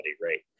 rate